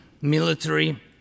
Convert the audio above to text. military